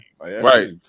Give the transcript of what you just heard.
Right